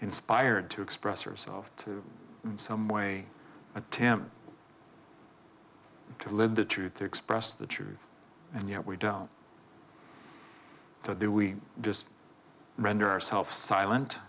inspired to express yourself to some way attempt to live the truth to express the truth and yet we don't so that we just render ourself silent